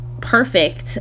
perfect